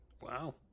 Wow